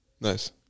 nice